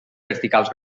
verticals